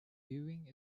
viewing